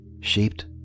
shaped